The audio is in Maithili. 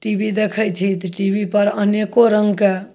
टी भी देखै छी तऽ टी भी पर अनेको रङ्गके